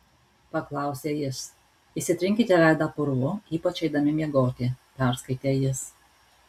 paklausė jis išsitrinkite veidą purvu ypač eidami miegoti perskaitė jis